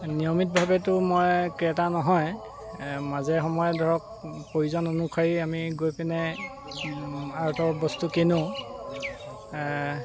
নিয়মিতভাৱেতো মই ক্ৰেতা নহয় মাজে সময়ে ধৰক প্ৰয়োজন অনুসাৰি আমি গৈ পিনে আৰ্টৰ বস্তু কিনো